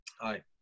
Hi